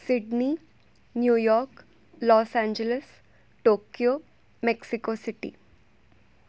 Sydney New York Los Angeles Tokyo Mexico city